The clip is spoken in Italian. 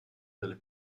della